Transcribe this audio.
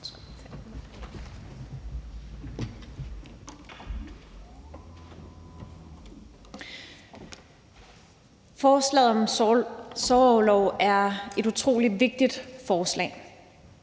Forslaget om sorgorlov er et utrolig vigtigt forslag.